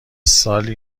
سالی